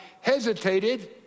hesitated